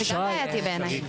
זה גם בעייתי בעיני.